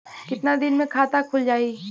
कितना दिन मे खाता खुल जाई?